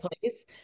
place